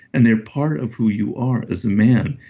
and they're part of who you are as a man.